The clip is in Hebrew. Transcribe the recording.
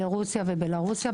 רוסיה ובלרוסיה.